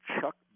Chuck